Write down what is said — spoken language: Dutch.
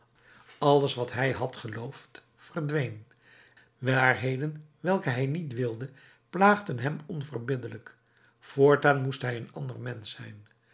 alles wat hij had geloofd verdween waarheden welke hij niet wilde plaagden hem onverbiddelijk voortaan moest hij een ander mensch zijn